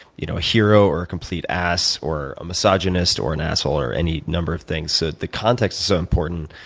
you know, a hero or a complete ass to a misogynist or an asshole or any number of things. so the context is so important.